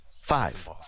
Five